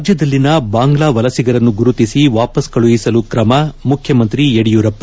ರಾಜ್ಯದಲ್ಲಿನ ಬಾಂಗ್ಲಾ ವಲಸಿಗರನ್ನು ಗುರುತಿಸಿ ವಾಪಸ್ ಕಳುಹಿಸಲು ತ್ರಮ ಮುಖ್ಯಮಂತ್ರಿ ಯಡಿಯೂರಪ್ಪ